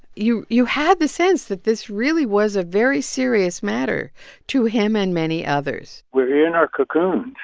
you you had the sense that this really was a very serious matter to him and many others we're in our cocoons.